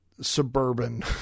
suburban